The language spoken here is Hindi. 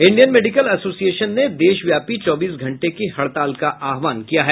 इंडियन मेडिकल एसोसिएशन ने देशव्यापी चौबीस घंटे के हड़ताल का आह्वान किया है